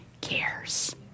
cares